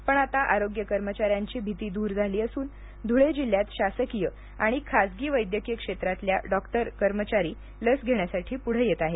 पण आता आरोग्य कर्मचाऱ्यांची भीती दूर झाली असून धुळे जिल्ह्यात शासकीय आणि खासगी वैद्यकिय क्षेत्रातील डॉक्टर कर्मचारी लस घेण्यासाठी पुढे येत आहेत